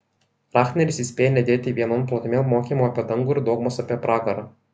rahneris įspėja nedėti vienon plotmėn mokymo apie dangų ir dogmos apie pragarą